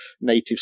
native